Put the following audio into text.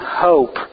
hope